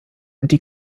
die